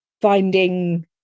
finding